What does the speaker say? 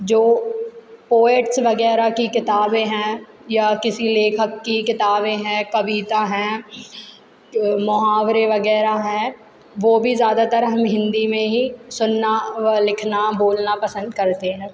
जो पोएट्स वगैरह की किताबें हैं या किसी लेखक की किताबें हैं कविता हैं मुहावरे वगैरह हैं वो भी ज़्यादातर हम हिंदी में ही सुनना व लिखना बोलना पसंद करते हैं